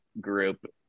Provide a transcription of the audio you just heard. group